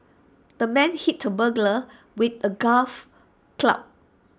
the man hit the burglar with A golf club